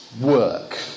work